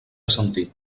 assentir